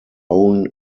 own